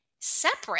separate